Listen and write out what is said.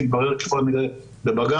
תתברר ככל הנראה בבג"ץ,